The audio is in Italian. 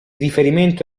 riferimento